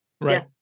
Right